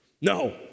No